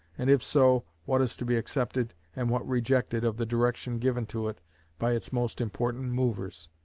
and if so, what is to be accepted and what rejected of the direction given to it by its most important movers.